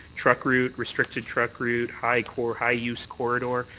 truck route, restricted truck route, high core, high-use corridor.